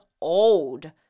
old